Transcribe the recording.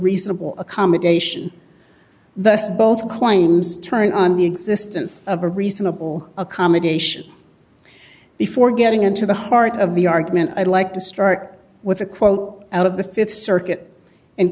reasonable accommodation thus both claims turn on the existence of a reasonable accommodation before getting into the heart of the argument i'd like to start with a quote out of the th circuit and